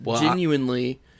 Genuinely